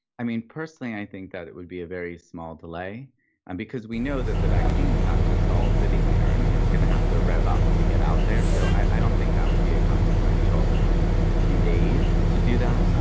i mean personally i think that it would be a very small delay um because we know that the vaccine is not just all sitting there. i mean it's going to have to rev up to get out there. so i don't think that would be a consequential few days to do that.